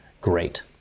great